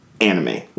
anime